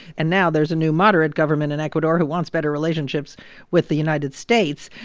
and now there's a new moderate government in ecuador who wants better relationships with the united states.